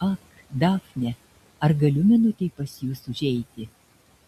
ak dafne ar galiu minutei pas jus užeiti